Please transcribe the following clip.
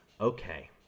okay